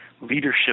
leadership